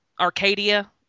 Arcadia